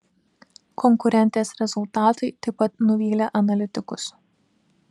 konkurentės rezultatai taip pat nuvylė analitikus